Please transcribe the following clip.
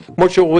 אבל כמו שרואים,